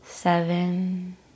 Seven